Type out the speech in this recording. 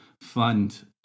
fund